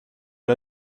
det